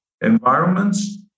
environments